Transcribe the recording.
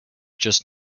just